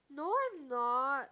no I am not